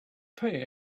pay